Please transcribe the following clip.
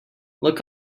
look